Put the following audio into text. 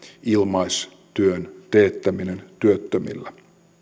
ilmaistyön teettäminen työttömillä